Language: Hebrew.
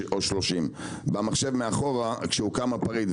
17% או 30% במחשב מאחורה כשהוקם הפריט,